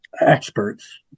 experts